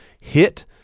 hit